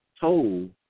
told